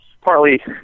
partly